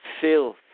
filth